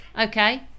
Okay